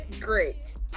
great